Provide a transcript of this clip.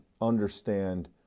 understand